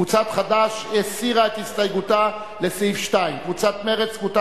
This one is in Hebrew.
קבוצת חד"ש הסירה את הסתייגותה לסעיף 2. קבוצת מרצ וקבוצת